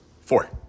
four